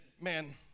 man